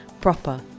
proper